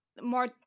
more